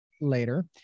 later